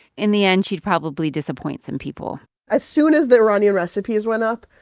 in the end, she'd probably disappoint some people as soon as the iranian recipes went up,